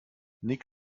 nick